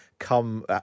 Come